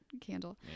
candle